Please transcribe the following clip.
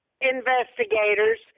investigators